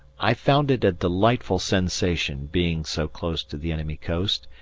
i found it a delightful sensation being so close to the enemy coast,